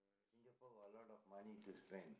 Singapore got a lot of money to spend